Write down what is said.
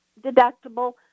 deductible